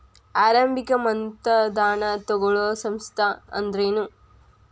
ಆರಂಭಿಕ್ ಮತದಾನಾ ತಗೋಳೋ ಸಂಸ್ಥಾ ಅಂದ್ರೇನು?